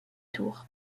tour